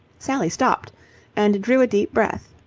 sally stopped and drew a deep breath.